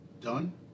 done